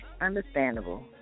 Understandable